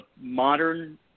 modern